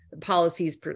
policies